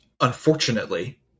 unfortunately